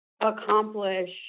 accomplish